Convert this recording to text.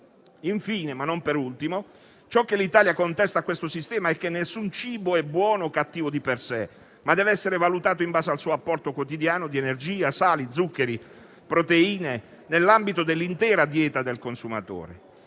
Infine, ma non per ultimo, ciò che l'Italia contesta a questo sistema è che nessun cibo è buono o cattivo di per sé, ma deve essere valutato in base al suo apporto quotidiano di energia, sali, zuccheri e proteine, nell'ambito dell'intera dieta del consumatore.